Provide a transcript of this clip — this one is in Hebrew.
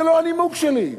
זה לא הנימוק שלי.